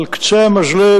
על קצה המזלג,